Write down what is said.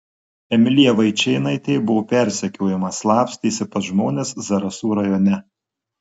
emilija vaičėnaitė buvo persekiojama slapstėsi pas žmones zarasų rajone